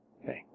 Okay